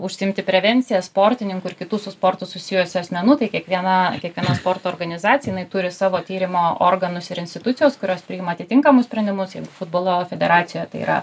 užsiimti prevencija sportininkų ir kitų su sportu susijusių asmenų tai kiekviena kiekviena sporto organizacija jinai turi savo tyrimo organus ir institucijos kurios priima atitinkamus sprendimus jeigu futbolo federacijoj tai yra